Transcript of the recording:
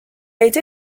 été